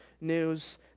news